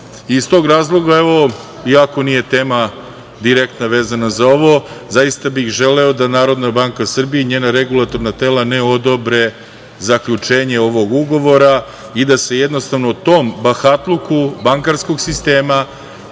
tog razloga, evo, iako nije tema direktna vezana za ovo, zaista bih želeo da NBS i njena regulatorna tela ne odobre zaključenje ovog ugovora i da se, jednostavno, tom bahatluku bankarskog sistema,